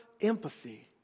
empathy